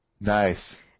nice